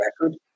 record